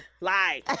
lie